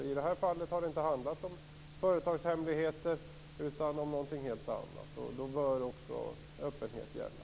I det här fallet har det inte handlat om företagshemligheter, utan om någonting helt annat. Då bör öppenhet gälla.